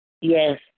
Yes